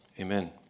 Amen